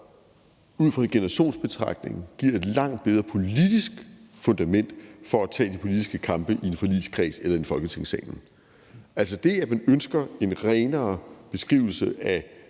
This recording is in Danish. ud fra en generationsbetragtning giver et langt bedre politisk fundament for at tage de politiske kampe i en forligskreds eller her i Folketingssalen. Altså, det, at man ønsker en renere beskrivelse af